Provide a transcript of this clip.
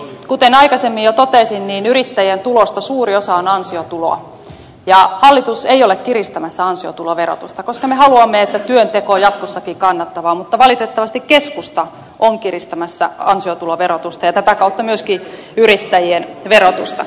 kuten aikaisemmin jo totesin yrittäjien tulosta suuri osa on ansiotuloa ja hallitus ei ole kiristämässä ansiotuloverotusta koska me haluamme että työnteko on jatkossakin kannattavaa mutta valitettavasti keskusta on kiristämässä ansiotuloverotusta ja tätä kautta myöskin yrittäjien verotusta